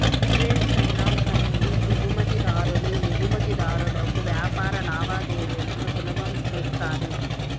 trade finance అనేది దిగుమతి దారులు ఎగుమతిదారులకు వ్యాపార లావాదేవీలను సులభం చేస్తది